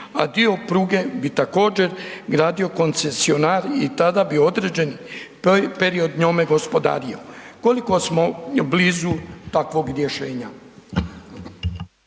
a dio pruge bi također gradio koncesionar i tada bi određen period njome gospodario. Koliko smo blizu takvog rješenja?